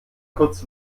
kurz